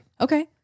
Okay